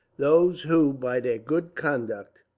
those who, by their good conduct,